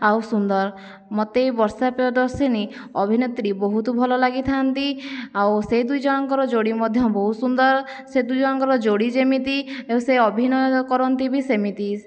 ଆଉ ସୁନ୍ଦର ମୋତେ ବି ବର୍ଷା ପ୍ରିୟଦର୍ଶିନୀ ଅଭିନେତ୍ରୀ ବହୁତ ଭଲ ଲାଗିଥାନ୍ତି ଆଉ ସେ ଦୁଇଜଣଙ୍କର ଯୋଡ଼ି ମଧ୍ୟ ବହୁତ ସୁନ୍ଦର ସେ ଦୁଇ ଜଣଙ୍କର ଯୋଡ଼ି ଯେମିତି ଆଉ ସେ ଅଭିନୟ କରନ୍ତି ବି ସେମିତି